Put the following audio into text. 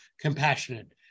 compassionate